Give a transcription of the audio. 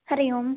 हरिः ओं